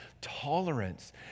tolerance